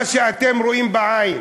מה שאתם רואים בעין,